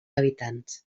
habitants